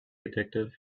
addictive